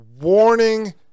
warning